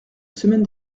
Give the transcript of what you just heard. semaine